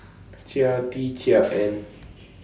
Chia Tee Chiak and